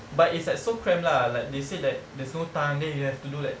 but it's like so crammed lah like they say that there's no time then you have to do like